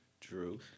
true